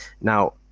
now